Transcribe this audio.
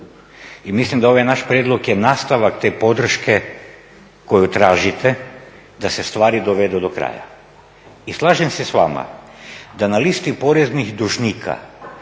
i mislim da ovaj naš prijedlog je nastavak te podrške koju tražite da se stvari dovedu do kraja. I slažem se s vama da na listi poreznih dužnika